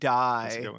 die